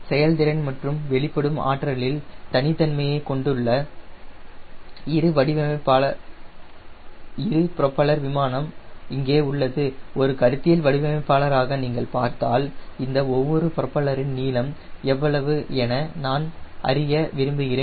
செயல்திறன் மற்றும் வெளிப்படும் ஆற்றலில் தனித்தன்மையை கொண்டுள்ள இரு புரோப்பலர் விமானம் இங்கே உள்ளது ஒரு கருத்தியல் வடிவமைப்பாளராக நீங்கள் பார்த்தால் இந்த ஒவ்வொரு புரோப்பலரின் நீளம் எவ்வளவு என நான் அறிய விரும்புகிறேன்